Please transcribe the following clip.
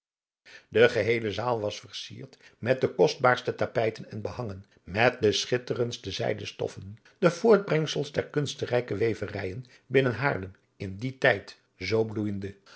de geheele zaal was versierd met de kostbaarste tapijten en behangen met de schitterendste zijden stoffen de voortbrengsels der kunstrijke weverijen binnen haarlem in dien tijd zoo bloeijende